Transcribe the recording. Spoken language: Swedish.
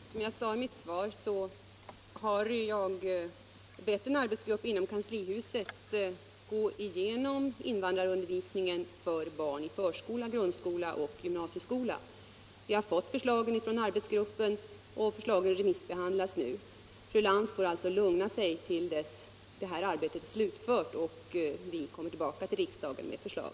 Herr talman! Som jag sade i mitt svar har jag bett en arbetsgrupp inom kanslihuset gå igenom invandrarundervisningen för barn i förskola, grundskola, och gymnasieskola. Vi har fått förslagen från arbetsgruppen, och de remissbehandlas nu. Fru Lantz får alltså lugna sig tills detta arbete är slutfört och vi kommer tillbaka till riksdagen med förslag.